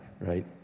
right